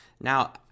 Now